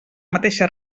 mateixa